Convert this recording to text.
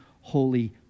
holy